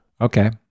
Okay